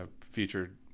featured